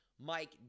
Mike